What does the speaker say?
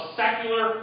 secular